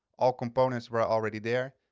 all components were already there.